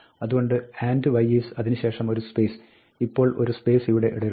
അതുകൊണ്ട് and y is അതിന് ശേഷം ഒരു സ്പേസ് ഇപ്പോൾ ഒരു സ്പേസ് ഇവിടെ ഇടരുത്